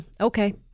Okay